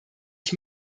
ich